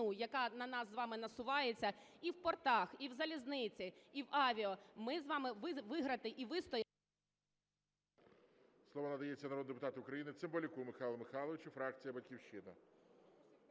яка на нас з вами насувається і в портах, і в залізниці, і в авіа, ми з вами виграти і вистояти… ГОЛОВУЮЧИЙ. Слово надається народному депутату України Цимбалюку Михайлу Михайловичу, фракція "Батьківщина".